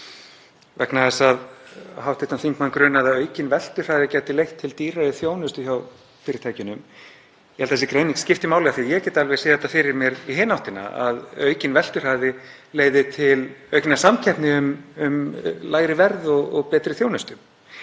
vegna þess að hv. þingmann grunar að aukinn veltuhraði gæti leitt til dýrari þjónustu hjá fyrirtækjunum. Ég held að sú greining skipti máli af því að ég get alveg séð fyrir mér hina áttina, að aukinn veltuhraði leiði til aukinnar samkeppni um lægra verð og betri þjónustu.